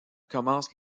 commence